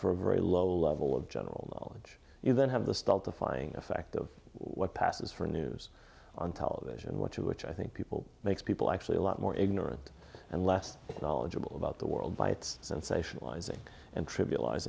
for a very low level of general knowledge you then have the stultifying effect of what passes for news on television what you were i think people makes people actually a lot more ignorant and less knowledgeable about the world by its sensationalizing and trivializ